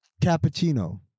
cappuccino